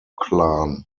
clan